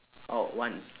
oh one